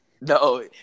No